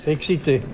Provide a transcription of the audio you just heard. Excité